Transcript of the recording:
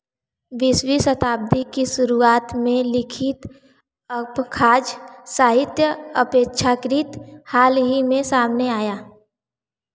बीसवीं शताब्दी की शुरुआत में लिखित अपखाज़ साहित्य अपेक्षाकृत हाल ही में सामने आया